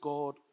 God